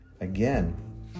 again